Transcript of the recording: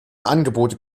angebote